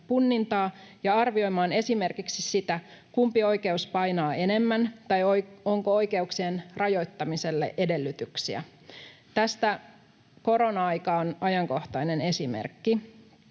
ja arvioimaan esimerkiksi sitä, kumpi oikeus painaa enemmän tai onko oikeuksien rajoittamiselle edellytyksiä. Tästä korona-aika on ajankohtainen esimerkki,